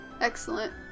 Excellent